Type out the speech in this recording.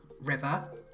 River